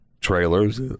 trailers